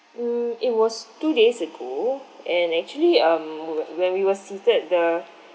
mm it was two days ago and actually um when we were seated the